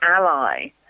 ally